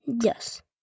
Yes